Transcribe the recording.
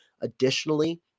Additionally